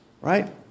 right